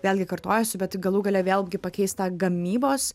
vėlgi kartojuosi bet galų gale vėlgi pakeis tą gamybos